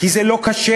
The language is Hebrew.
כי זה לא כשר.